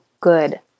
good